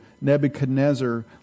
Nebuchadnezzar